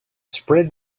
spread